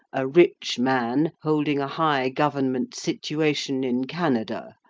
a rich man, holding a high government situation in canada.